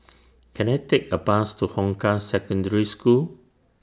Can I Take A Bus to Hong Kah Secondary School